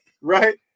Right